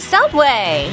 Subway